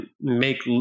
make